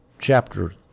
chapter